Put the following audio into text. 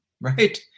right